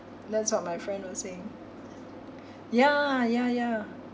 that's what my friend was saying ya ya ya